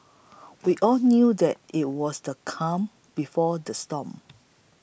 we all knew that it was the calm before the storm